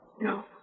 No